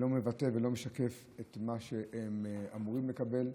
שלא מבטא ולא משקף את מה שהם אמורים לקבל.